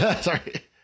Sorry